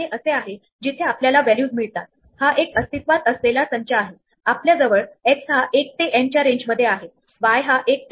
विशेषतः जेव्हा आपण बॅक ट्रॅकिंग करतो तेव्हा आपले वर्तन स्टॅक प्रमाणे असते